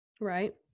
Right